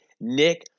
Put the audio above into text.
Nick